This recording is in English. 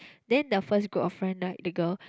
then the first group of friend right the girl